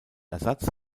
ersatz